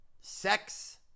Sex